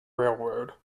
railroad